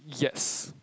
yes